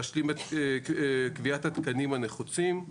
להשלים את קביעת התקנים הנחוצים.